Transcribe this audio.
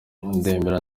ndemera